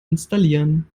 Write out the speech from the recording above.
installieren